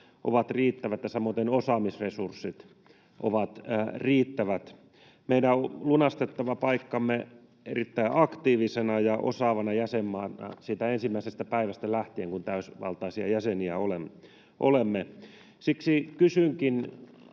ovat riittävät ja samoiten osaamisresurssit ovat riittävät. Meidän on lunastettava paikkamme erittäin aktiivisena ja osaavana jäsenmaana siitä ensimmäisestä päivästä lähtien, kun täysivaltaisia jäseniä olemme. Siksi kysynkin